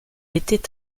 était